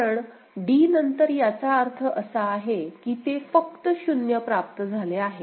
कारण d नंतर याचा अर्थ असा आहे की ते फक्त 0 प्राप्त झाले आहे